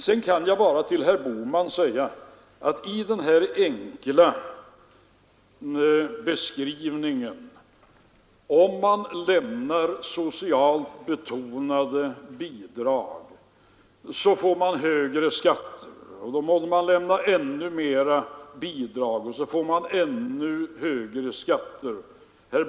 Herr Bohman gjorde en enkel beskrivning innebärande att socialt betonade bidrag leder till högre skatter, som medför att man måste lämna ännu mera bidrag, som i sin tur höjer skatterna ännu mera.